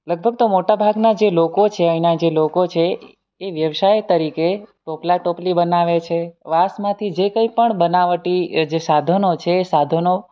લગભગ તો મોટાભાગનાં જે લોકો છે અહીંના જે લોકો છે એ વ્યવસાય તરીકે ટોપલા ટોપલી બનાવે છે વાંસમાંથી જે કઇં પણ બનાવટી એ જે સાધનો છે એ સાધનો